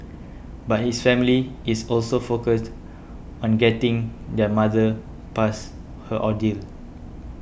but his family is also focused on getting their mother past her ordeal